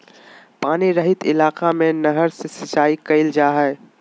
पानी रहित इलाका में नहर से सिंचाई कईल जा हइ